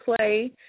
play